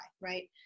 right